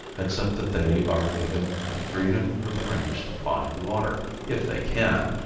except that they are given the freedom of the range to find water, if they can,